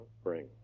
spring